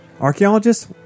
Archaeologists